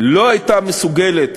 לא הייתה מסוגלת